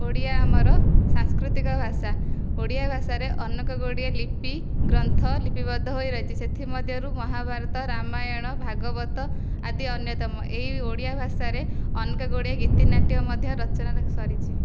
ଓଡ଼ିଆ ଆମର ସାଂସ୍କୃତିକ ଭାଷା ଓଡ଼ିଆ ଭାଷାରେ ଅନେକ ଗୁଡ଼ିଏ ଲିପି ଗ୍ରନ୍ଥ ଲିପିବଦ୍ଧ ହୋଇ ରହିଛି ସେଥି ମଧ୍ୟରୁ ମହାଭାରତ ରାମାୟଣ ଭାଗବତ ଆଦି ଅନ୍ୟତମ ଏହି ଓଡ଼ିଆ ଭାଷାରେ ଅନେକ ଗୁଡ଼ିଏ ଗୀତିନାଟ୍ୟ ମଧ୍ୟ ରଚନାରେ ସରିଛି